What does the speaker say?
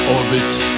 Orbits